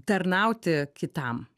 tarnauti kitam